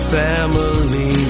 family